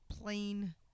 plain